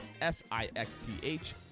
S-I-X-T-H